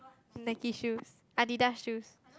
Nike shoes Adidas shoes